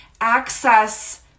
access